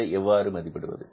இதை எவ்வாறு மதிப்பிடுவது